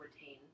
retain